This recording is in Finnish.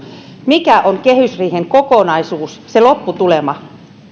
mikä on kehysriihen kokonaisuus siitä lopputulemasta